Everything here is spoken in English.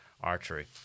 archery